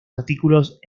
artículos